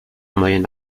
moyenne